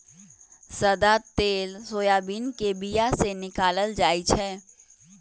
सदा तेल सोयाबीन के बीया से निकालल जाइ छै